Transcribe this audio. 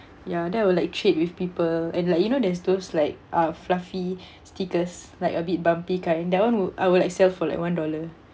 ya then I will like trade with people and like you know there's those like uh fluffy stickers like a bit bumpy kind that [one] would I would like sell for like one dollar